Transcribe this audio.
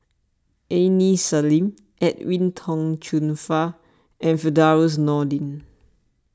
Aini Salim Edwin Tong Chun Fai and Firdaus Nordin